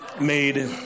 made